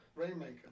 Rainmaker